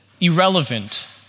irrelevant